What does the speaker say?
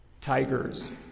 tigers